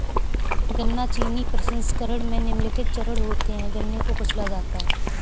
गन्ना चीनी प्रसंस्करण में निम्नलिखित चरण होते है गन्ने को कुचला जाता है